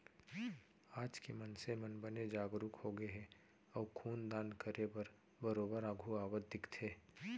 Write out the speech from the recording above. आज के मनसे मन बने जागरूक होगे हे अउ खून दान करे बर बरोबर आघू आवत दिखथे